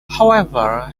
however